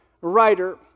writer